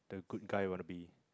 good guy want to be